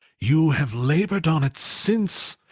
you have laboured on it, since.